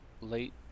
late